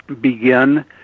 begin